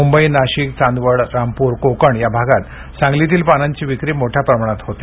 मुंबई नाशिक चांदवड रामपूर कोकण या भागात सांगलीतील पानांची विक्री मोठ्या प्रमाणात होते